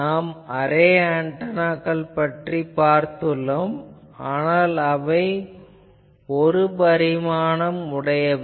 நாம் அரே ஆன்டெனாக்கள் பற்றிப் பார்த்துள்ளோம் ஆனால் அவை ஒரு பரிமாணம் உடையவை